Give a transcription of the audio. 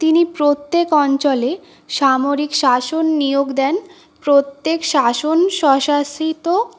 তিনি প্রত্যেক অঞ্চলে সামরিক শাসন নিয়োগ দেন প্রত্যেক শাসন স্বশাসিত